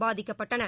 பாதிக்கப்பட்டன